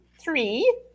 three